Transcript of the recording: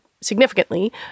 significantly